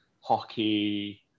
hockey